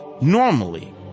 normally